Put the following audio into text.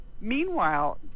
meanwhile